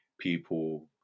people